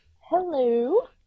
Hello